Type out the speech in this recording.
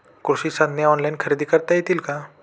कृषी साधने ऑनलाइन खरेदी करता येतील का?